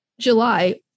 July